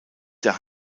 der